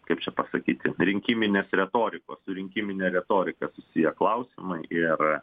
kaip čia pasakyti rinkiminės retorikos su rinkimine retorika tie klausimai ir